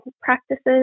practices